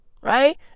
Right